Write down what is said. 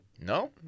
No